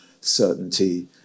certainty